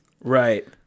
Right